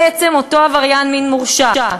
בעצם אותו עבריין מין מורשע,